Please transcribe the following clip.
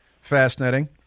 fascinating